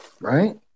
right